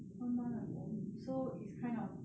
one month ago so it's kind of